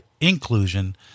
inclusion